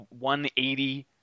180